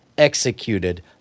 Executed